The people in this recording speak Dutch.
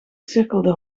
cirkelde